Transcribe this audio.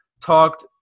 talked